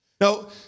Now